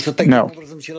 No